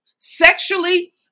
Sexually